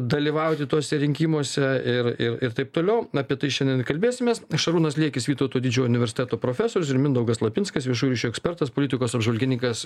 dalyvauti tuose rinkimuose ir ir ir taip toliau apie tai šiandien ir kalbėsimės šarūnas liekis vytauto didžiojo universiteto profesorius ir mindaugas lapinskas viešųjų ryšių ekspertas politikos apžvalgininkas